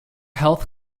health